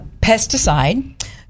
pesticide